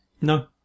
No